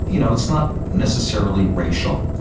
you know, it's not necessarily racial,